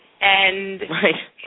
Right